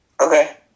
Okay